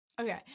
Okay